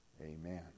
Amen